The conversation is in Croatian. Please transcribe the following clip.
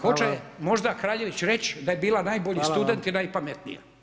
Hoće možda kraljević reći, da je bila najbolji student i najpametniji.